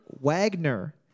Wagner